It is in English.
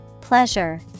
Pleasure